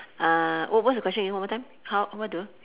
what's what's the question again one more time how what do